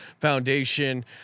Foundation